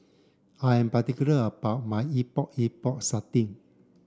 I am particular about my Epok Epok Sardin